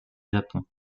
japon